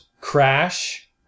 crash